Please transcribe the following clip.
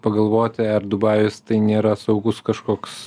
pagalvoti ar dubajus tai nėra saugus kažkoks